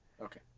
Okay